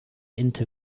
into